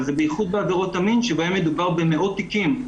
אבל זה בייחוד בעבירות המין שבהן מדובר במאות תיקים.